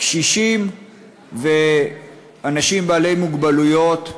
קשישים ואנשים בעלי מוגבלויות מבלים,